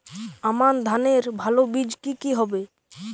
আমান ধানের ভালো বীজ কি কি হবে?